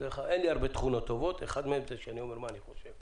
אין לי הרבה תכונות טובות אבל אחת מהן היא שאני אומר מה שאני חושב.